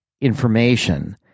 information